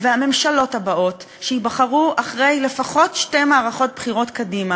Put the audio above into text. עמדתו לא נשמעה ולא הובאה בחשבון בגיבוש